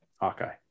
hawkeye